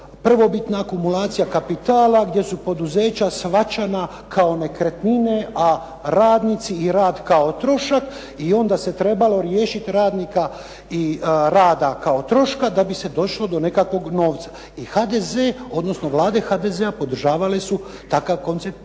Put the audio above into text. prvobitna akumulacija kapitala gdje su poduzeća shvaćana kao nekretnine, a radnici i rad kao trošak i onda se trebalo riješiti radnika i rada kao troška da bi se došlo do nekakvog novca. I HDZ, odnosno vlade HDZ-a podržavale su takav koncept